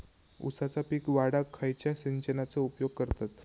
ऊसाचा पीक वाढाक खयच्या सिंचनाचो उपयोग करतत?